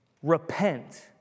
repent